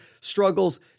struggles